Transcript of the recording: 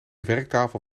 werktafel